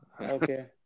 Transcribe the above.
Okay